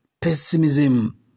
Pessimism